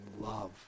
love